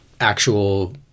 actual